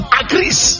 agrees